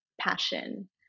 passion